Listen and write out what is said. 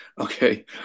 Okay